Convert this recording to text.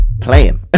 playing